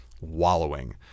wallowing